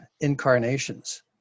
incarnations